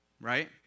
right